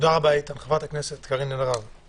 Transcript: (היו"ר מיכאל מלכיאלי, 10:20)